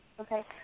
Okay